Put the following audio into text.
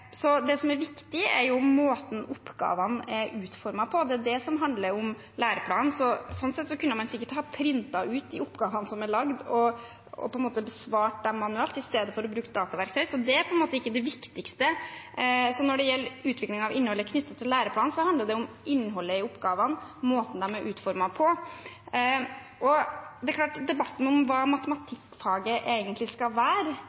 Det som er viktig, er måten oppgavene er utformet på, det er det som handler om læreplanen. Slik sett kunne man sikkert ha printet ut de oppgavene som er laget, og besvart dem manuelt i stedet for å bruke dataverktøy, så det er på en måte ikke det viktigste. Når det gjelder utvikling av innholdet knyttet til læreplanen, handler det om innholdet i oppgavene, måten de er utformet på. Debatten om hva matematikkfaget egentlig skal være i vg1, på videregående, er en ganske stor debatt. Jeg mener at vi tok den debatten